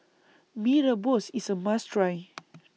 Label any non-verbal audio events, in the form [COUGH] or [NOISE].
Mee Rebus IS A must Try [NOISE]